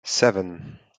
seven